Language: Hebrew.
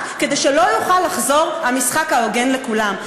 כדי שלא יוכל לחזור המשחק ההוגן לכולם.